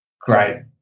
great